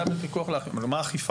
אייל